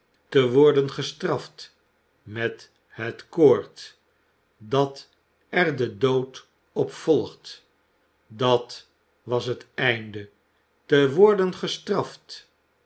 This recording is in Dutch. te worden gestraft met het koord dat er de dood op volgt dat was het einde te worden gestraft